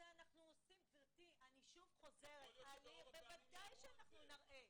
גבירתי, אני חוזרת, ודאי שאנחנו נראה.